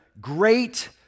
great